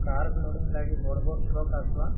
car loading ଲାଗି ବଡ଼ ବଡ଼ ଟ୍ରକ୍ ଆସିବ